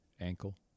ankle